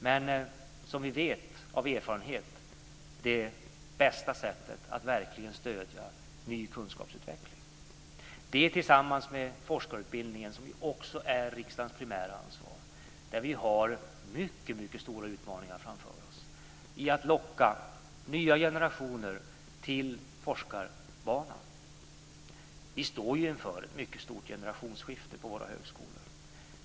Men som vi vet av erfarenhet är detta det bästa sättet att stödja ny kunskapsutveckling, och detta tillsammans med forskarutbildningen som också är riksdagens primära ansvar. Vi har mycket stora utmaningar framför oss när det gäller att locka nya generationer till forskarbanan. Vi står inför ett mycket stort generationsskifte på högskolorna.